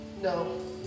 no